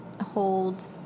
hold